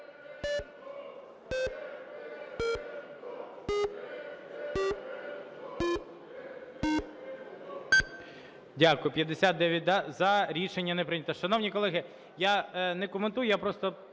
Дякую. 59 – за. Рішення не прийнято. Шановні колеги, я не коментую, я просто